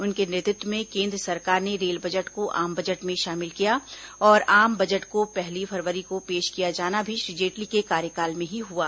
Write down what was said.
उनके नेतृत्व में केन्द्र सरकार ने रेल बजट को आम बजट में शामिल किया और आम बजट को पहली फरवरी को पेश किया जाना भी श्री जेटली के कार्यकाल में ही हुआ